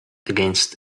against